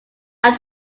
like